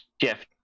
Jeff